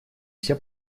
все